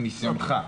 מניסיונך,